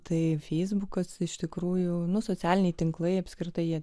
tai feisbukas iš tikrųjų nu socialiniai tinklai apskritai jie